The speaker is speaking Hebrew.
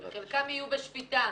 וחלקם יהיו בשפיטה.